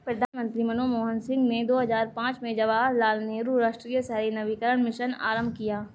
प्रधानमंत्री मनमोहन सिंह ने दो हजार पांच में जवाहरलाल नेहरू राष्ट्रीय शहरी नवीकरण मिशन आरंभ किया